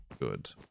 Good